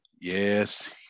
Yes